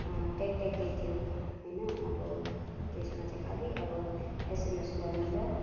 ट्याक ट्याके थियो होइन अब त्यसमा चाहिँ खालि अब एसएमएस गर्नु र